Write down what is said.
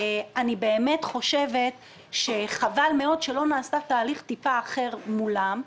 אני באמת חושבת שחבל מאוד שלא נעשה תהליך קצת אחר מולם.